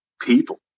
people